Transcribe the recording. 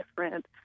different